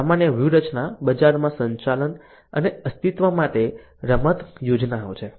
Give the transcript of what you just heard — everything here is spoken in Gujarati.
સામાન્ય વ્યૂહરચના બજારમાં સંચાલન અને અસ્તિત્વ માટે રમત યોજનાઓ છે